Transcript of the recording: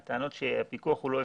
הטענות שהפיקוח הוא לא אפקטיבי,